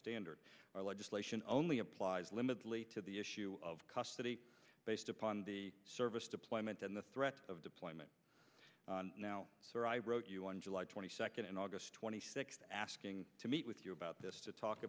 standard our legislation only applies limited to the issue of custody based upon the service deployment and the threat of deployment now i wrote you on july twenty second august twenty sixth asking to meet with you about this to talk